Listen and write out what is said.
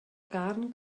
carn